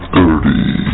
Thirty